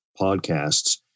podcasts